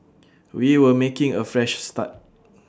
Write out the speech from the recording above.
we were making A Fresh Start